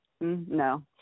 No